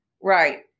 right